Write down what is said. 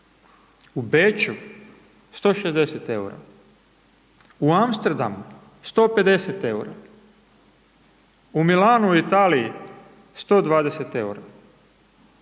u Beču 160 EUR-a, u Amsterdamu 150 EUR-a, u Milanu u Italiji 120 EUR-a.